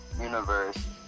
Universe